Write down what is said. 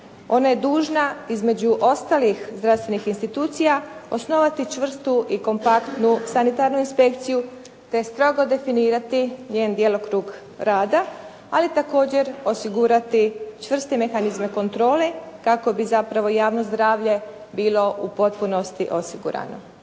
ona je dužna između ostalih institucija osnovati čvrstu i kompaktnu sanitarnu inspekciju, te strogo definirati njen djelokrug rada ali također osigurati čvrste mehanizme kontrole kako bi zapravo javno zdravlje bilo u potpunosti osigurano.